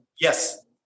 Yes